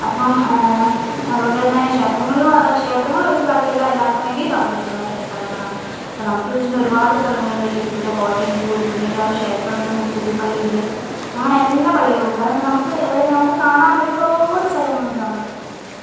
അപ്പോൾ അതുകൊണ്ടുതന്നെ ക്ഷേത്രങ്ങളിൽ ക്ഷേത്രങ്ങളിൽ ഒഴിച്ച് ബാക്കിയെല്ലാം എല്ലാവർക്കും വേണ്ടിയും തുറന്നിട്ടുള്ള സ്ഥലങ്ങളാണ് അപ്പോൾ നമുക്ക് വെച്ചിട്ടുണ്ടെങ്കിൽ ഒരുപാട് സ്ഥലങ്ങളുണ്ട് ടിപ്പുവിൻറെ കോട്ടയുണ്ട് ഒരുണ്ണി കാവ് ക്ഷേത്രമുണ്ട് മുച്ചുന്തി പള്ളിയുണ്ട് അങ്ങനെ എല്ലാ പള്ളികളും ഉണ്ട് അതുകൊണ്ട് നമുക്ക് അതായത് നമുക്ക് കാണാൻ ഒരുപാട് സ്ഥലങ്ങളുണ്ട് നമ്മുടെ കോഴിക്കോട് ജില്ലയില്